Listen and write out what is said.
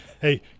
hey